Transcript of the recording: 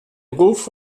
ruf